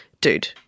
dude